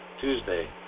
Tuesday